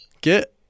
get